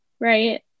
right